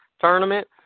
Tournament